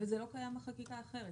--- וזה לא קיים בחקיקה אחרת.